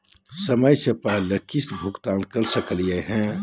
समय स पहले किस्त भुगतान कर सकली हे?